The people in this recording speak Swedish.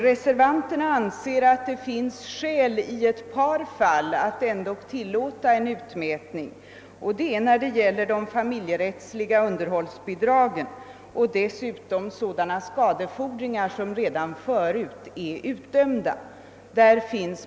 Reservanterna anser ändå att det i ett par fall finns speciella skäl för att tillåta en utmätning, nämligen när det gäller de familjerättsliga underhållsbidragen och dessutom sådana skadeståndsfordringar som redan: förut utdömts.